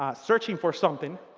ah searching for something,